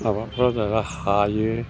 आबादफ्रा जागा हायो